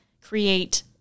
create